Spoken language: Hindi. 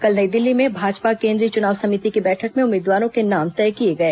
कल नई दिल्ली में भाजपा केंद्रीय चुनाव समिति की बैठक में उम्मीदवारों के नाम तय किए गए